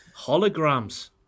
Holograms